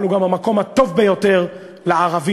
אבל היא גם המקום הטוב ביותר לערבים.